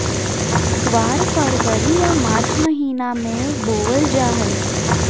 ग्वार फरवरी या मार्च महीना मे बोवल जा हय